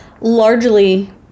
largely